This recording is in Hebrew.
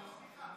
רק סליחה,